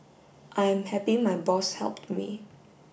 I am happy my boss helped me